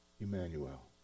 Emmanuel